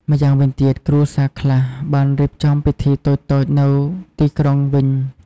ម្យ៉ាងវិញទៀត គ្រួសារខ្លះបានរៀបចំពិធីតូចៗនៅទីក្រុងវិញ។